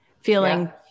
feeling